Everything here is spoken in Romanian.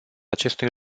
acestui